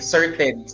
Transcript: Certain